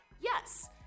Yes